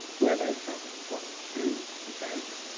where they were travelling from and to, the date